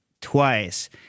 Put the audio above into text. twice